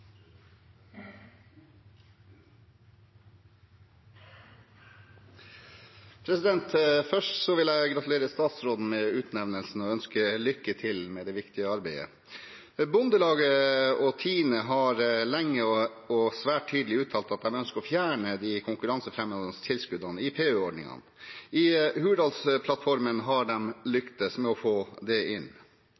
Først vil jeg gratulere statsråden med utnevnelsen og ønske lykke til med det viktige arbeidet. Bondelaget og Tine har lenge og svært tydelig uttalt at de ønsker å fjerne de konkurransefremmende tilskuddene i PU-ordningen. I Hurdalsplattformen har